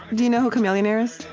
do you know who chamillionaire is?